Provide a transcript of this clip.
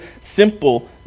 simple